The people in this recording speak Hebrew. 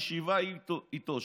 שמונה איתו.